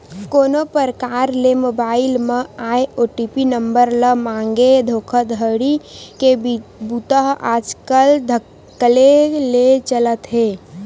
कोनो परकार ले मोबईल म आए ओ.टी.पी नंबर ल मांगके धोखाघड़ी के बूता ह आजकल धकल्ले ले चलत हे